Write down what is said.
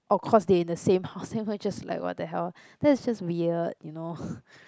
oh cause they in the same house then I was just like what the hell that is just weird you know